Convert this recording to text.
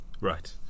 Right